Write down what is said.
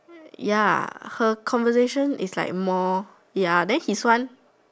ya her conversation is like more than his one